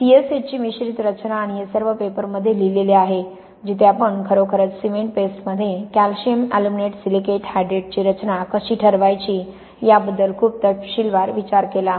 CSH ची मिश्रित रचना आणि हे सर्व पेपरमध्ये लिहिलेले आहे जिथे आपण खरोखरच सिमेंट पेस्टमध्ये कॅल्शियम अल्युमिनेट सिलिकेट हायड्रेटची रचना कशी ठरवायची याबद्दल खूप तपशीलवार विचार केला